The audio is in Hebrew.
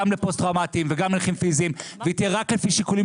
גם לפוסט טראומטיים וגם לנכים פיזיים והיא תהיה רק לפי שיקולים